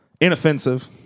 inoffensive